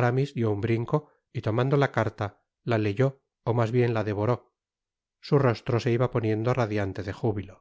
aramis dió un brinco y tomando la carta la leyó ó mas bien la devoró su rostro se iba poniendo radiante de júbilo